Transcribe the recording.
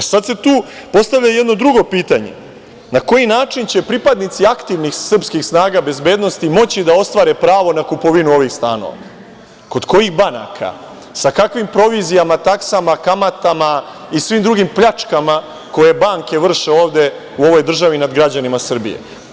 Sada se tu postavlja jedno drugo pitanje – na koji način će pripadnici aktivnih srpskih snaga bezbednosti moći da ostvare pravo na kupovinu ovih stanova, kod kojih banaka, sa kakvim provizijama, taksama, kamatama i svim drugim pljačkama koje banke vrše ovde u ovoj državi nad građanima Srbije?